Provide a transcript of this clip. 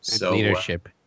Leadership